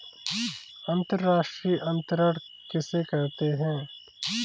अंतर्राष्ट्रीय अंतरण किसे कहते हैं?